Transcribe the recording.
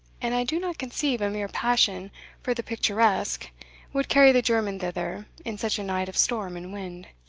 and i do not conceive a mere passion for the picturesque would carry the german thither in such a night of storm and wind.